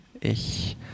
Ich